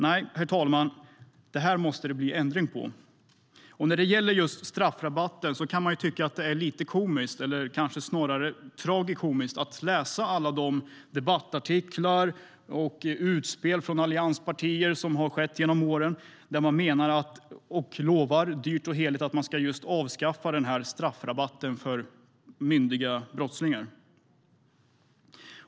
Nej, herr talman, det här måste det bli ändring på. När det gäller just straffrabatten kan man ju tycka att det är lite komiskt, eller snarare tragikomiskt, att läsa alla de debattartiklar och utspel från allianspartier som har kommit genom åren där de menar och dyrt och heligt lovar att avskaffa straffrabatten för myndiga brottslingar.